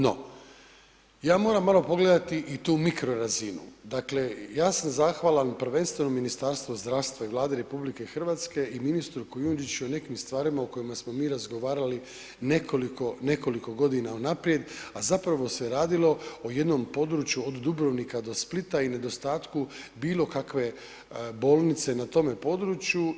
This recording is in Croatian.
No, ja moram malo pogledati i tu mikrorazinu, dakle ja sam zahvalan prvenstveno Ministarstvu zdravstva i Vladi RH i ministru Kujundžiću o nekim stvarima o kojima smo mi razgovarali nekoliko, nekoliko godina unaprijed a zapravo se radilo o jednom području od Dubrovnika do Splita i nedostatku bilo kakve bolnice na tome području.